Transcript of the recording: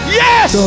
yes